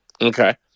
Okay